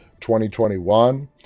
2021